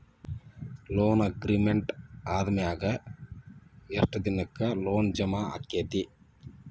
Loan agreement ಆದಮ್ಯಾಗ ಯೆಷ್ಟ್ ದಿನಕ್ಕ ಲೊನ್ ಜಮಾ ಆಕ್ಕೇತಿ?